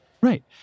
Right